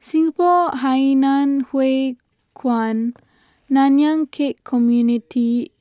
Singapore Hainan Hwee Kuan Nanyang Khek Community